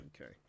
Okay